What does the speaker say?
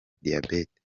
diyabeti